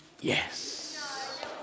Yes